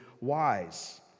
wise